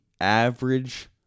average